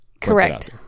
correct